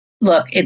Look